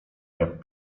jak